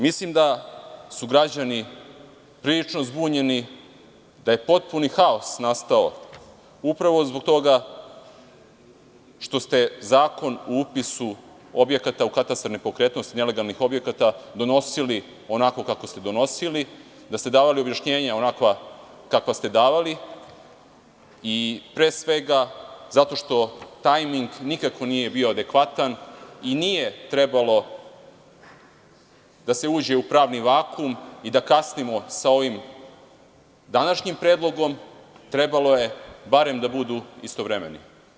Mislim da su građani prilično zbunjeni, da je potpuni haos nastao upravo zbog toga što ste Zakon o upisu objekata u katastar nepokretnosti nelegalnih objekata donosili onako kako ste donosili, da ste davali objašnjenja onakva kakva ste davali i pre svega zato što tajming nikako nije bio adekvatan i nije trebalo da se uđe u pravni vakuum i da kasnimo sa ovim današnjim predlogom, trebalo je barem da budu istovremeni.